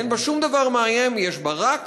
אין בה שום דבר מאיים, יש בה רק